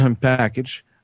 package